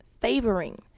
favoring